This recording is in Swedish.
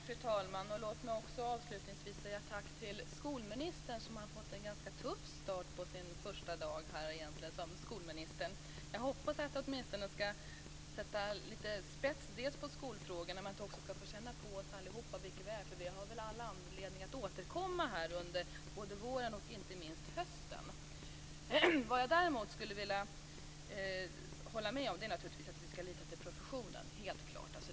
Fru talman! Låt mig avslutningsvis säga tack till skolministern, som har fått en ganska tuff start på sin första dag som skolminister. Jag hoppas att ministern ska sätta spets på skolfrågorna och få känna på oss allihop. Vi har all anledning att återkomma under våren och inte minst hösten. Jag vill naturligtvis hålla med om att vi ska lita till professionen.